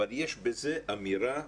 יש בזה אמירה.